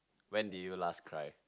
when did you last cry